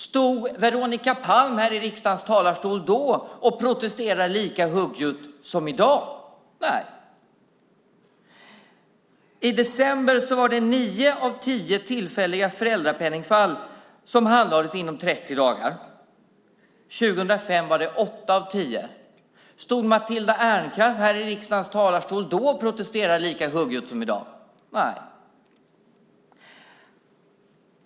Stod Veronica Palm här i riksdagens talarstol då och protesterade lika högljutt som i dag? Nej. I december handlades nio av tio tillfälliga föräldrapenningfall inom 30 dagar. År 2005 var det åtta av tio. Stod Matilda Ernkrans här i riksdagens talarstol då och protesterade lika högljutt som i dag? Nej.